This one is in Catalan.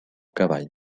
cavall